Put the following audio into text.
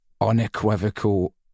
unequivocal